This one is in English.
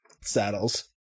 saddles